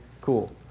Cool